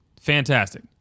Fantastic